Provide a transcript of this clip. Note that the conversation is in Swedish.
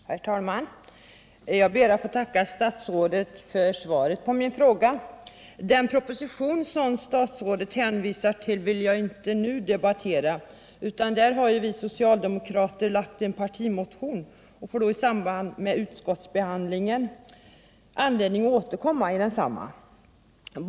Herr talman! Jag ber att få tacka statsrådet för svaret på min fråga. Den proposition som statsrådet hänvisar till vill jag inte debattera nu. Här har ju vi socialdemokrater lagt fram en partimotion och får därför anledning att återkomma i samband med utskottsbehandlingen.